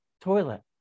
toilet